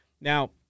Now